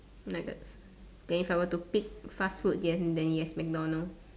nuggets then if I were to pick fast food yes then yes MacDonald's